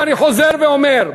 ואני חוזר ואומר,